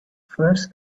first